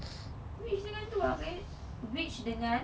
witch dengan itu lah witch dengan